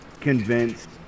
convinced